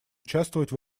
участвовать